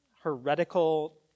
heretical